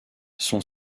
son